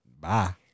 bye